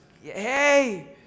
hey